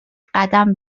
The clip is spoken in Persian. قدم